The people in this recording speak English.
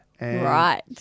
Right